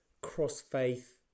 cross-faith